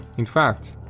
in fact,